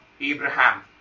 Abraham